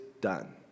done